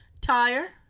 tire